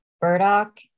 Burdock